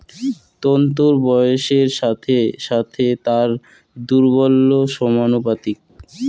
তন্তুর বয়সের সাথে সাথে তার দৌর্বল্য সমানুপাতিক